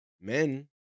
men